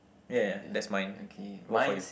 yeah that's mine what about for you